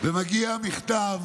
ומגיע מכתב